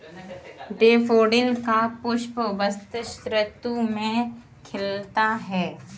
daffodil का पुष्प बसंत ऋतु में खिलता है